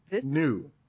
new